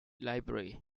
library